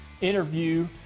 interview